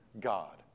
God